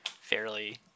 fairly